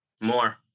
More